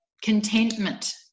contentment